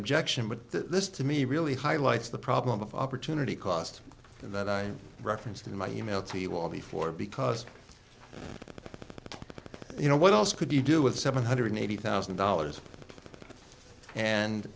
objection but this to me really highlights the problem of opportunity cost that i referenced in my email to you all before because you know what else could you do with seven hundred eighty thousand dollars and